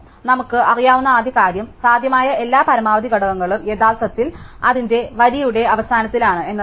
അതിനാൽ നമുക്ക് അറിയാവുന്ന ആദ്യ കാര്യം സാധ്യമായ എല്ലാ പരമാവധി ഘടകങ്ങളും യഥാർത്ഥത്തിൽ അതിന്റെ വരിയുടെ അവസാനത്തിലാണ് എന്നതാണ്